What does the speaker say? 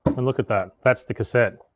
and look at that, that's the cassette.